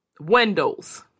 windows